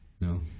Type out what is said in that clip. No